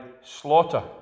slaughter